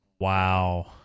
Wow